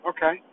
Okay